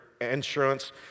insurance